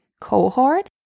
cohort